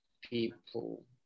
people